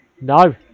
no